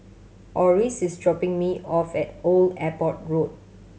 Orris is dropping me off at Old Airport Road